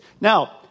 Now